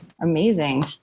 Amazing